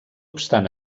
obstant